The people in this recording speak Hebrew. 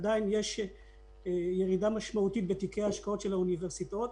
עדיין יש ירידה משמעותית בתיקי ההשקעות של האוניברסיטאות.